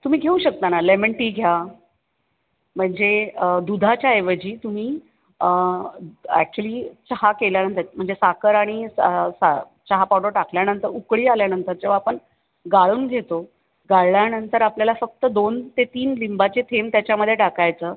तुम्ही घेऊ शकता ना लेमन टी घ्या म्हणजे दुधाच्या ऐवजी तुम्ही अॅक्च्युअली चहा केल्यानंतर म्हणजे साखर आणि सा सा चहा पावडर टाकल्यानंतर उकळी आल्यानंतर जेव्हा आपण गाळून घेतो गाळल्याणंतर आपल्याला फक्त दोन ते तीन लिंबाचे थेंब त्याच्यामध्ये टाकायचं